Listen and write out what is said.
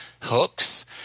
hooks